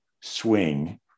swing